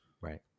Right